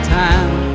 time